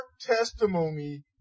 testimony